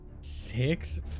Six